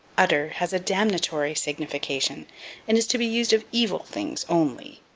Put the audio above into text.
utter has a damnatory signification and is to be used of evil things only.